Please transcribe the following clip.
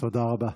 תודה רבה.